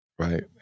Right